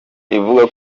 ivuga